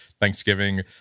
Thanksgiving